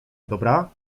dobra